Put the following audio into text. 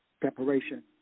preparation